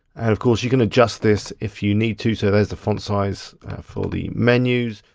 of course you can adjust this if you need to. so there's the font size for the menus,